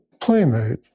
playmate